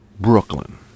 Brooklyn